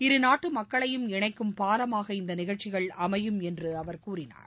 இருநாட்டு மக்களையும் இணைக்கும் பாலமாக இந்த நிகழ்ச்சிகள் அமையும் என்று அவர் கூறினார்